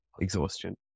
exhaustion